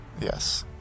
Yes